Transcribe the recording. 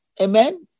Amen